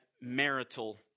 marital